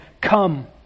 come